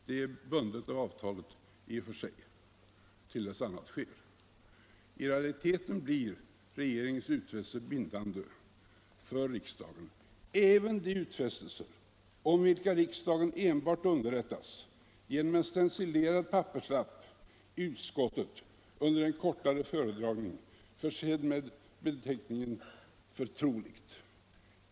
Vi är bundna av avtalet till dess en ändring sker. I realiteten blir regeringens utfästelser bindande för riksdagen, även de utfästelser, om vilka riksdagen underrättades enbart genom en stencilerad papperslapp under en kortare föredragning i utskottet, ett papper försett med beteckningen ”förtroligt”.